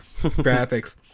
Graphics